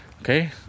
Okay